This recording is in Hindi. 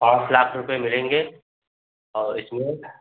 पाँच लाख रुपये मिलेंगे और इसमें